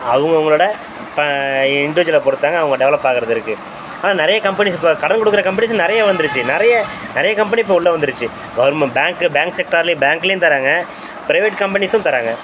அவங்கவுங்களோட இண்டிவிஜுவலப் பொறுத்து தாங்க அவங்க டெவலப் ஆகறது இருக்கு ஆனால் நிறைய கம்பெனிஸ் இப்போ கடன் கொடுக்கற கம்பெனிஸும் நிறைய வந்துடுச்சு நிறைய நிறைய கம்பெனி இப்போ உள்ள வந்துடுச்சு கவர்மெண்ட் பேங்க்கு பேங்க் செக்டார்ல பேங்க்லையும் தர்றாங்க ப்ரைவேட் கம்பெனிஸும் தர்றாங்க